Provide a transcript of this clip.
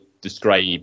describe